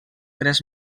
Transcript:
tres